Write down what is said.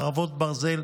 חרבות ברזל),